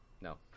No